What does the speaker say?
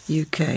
UK